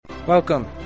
Welcome